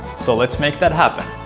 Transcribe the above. so let's make that happen!